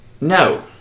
No